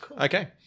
Okay